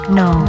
no